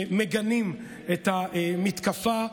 מגנים את המתקפה.